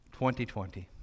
2020